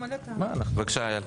הצבעה בעד 5 נגד 9 נמנעים אין לא אושר.